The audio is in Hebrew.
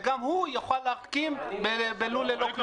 וגם הוא יוכל ל --- בלול ללא כלובים.